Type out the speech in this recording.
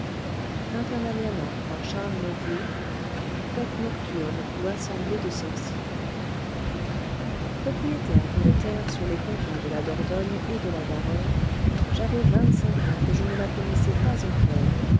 fête nocturne ou assemblée de sorciers propriétaire d'une terre sur les confins de la dordogne et de la garonne j'avais vingt-cinq ans que je ne la connaissais pas encore